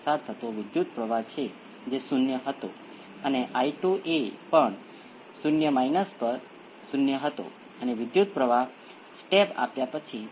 તો પછી આ બિંદુએ આપણને શું મળશે આપણને એક્સ્પોનેંસિયલનો કુલ પ્રતિભાવ મળે છે